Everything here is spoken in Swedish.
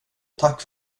tack